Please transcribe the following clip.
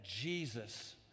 Jesus